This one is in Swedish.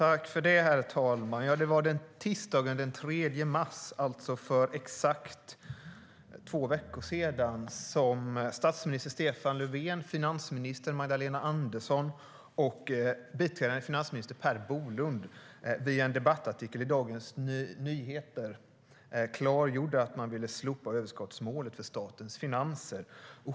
Herr talman! Det var tisdagen den 3 mars, alltså för exakt två veckor sedan, som statsminister Stefan Löfven, finansminister Magdalena Andersson och biträdande finansminister Per Bolund via en debattartikel i Dagens Nyheter klargjorde att man ville slopa överskottsmålet för statens finanser.